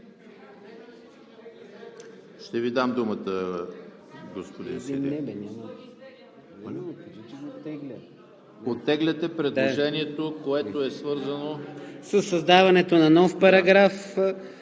Оттегляте предложението, което е свързано…